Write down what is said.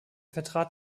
vertrat